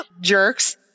jerks